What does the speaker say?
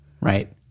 Right